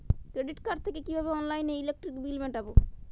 Credit card থেকে কিভাবে অনলাইনে ইলেকট্রিক বিল মেটাবো?